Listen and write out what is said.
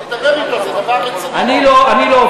אני לא רוצה להצביע נגד זה.